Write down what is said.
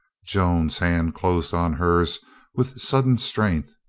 joan's hand closed on hers with sudden strength.